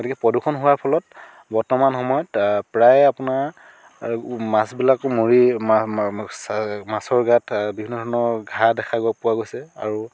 গতিকে প্ৰদূষণ হোৱাৰ ফলত বৰ্তমান সময়ত প্ৰায়ে আপোনাৰ মাছ বিলাক মৰি মাছৰ গাত বিভিন্নধৰণৰ ঘাঁ দেখা পোৱা গৈছে আৰু